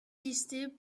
listée